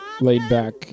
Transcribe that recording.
laid-back